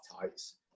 tights